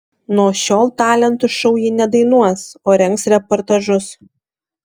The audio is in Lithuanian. nuo šiol talentų šou ji nedainuos o rengs reportažus